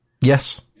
yes